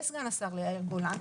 לסגן השר יאיר גולן.